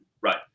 Right